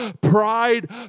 Pride